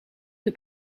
que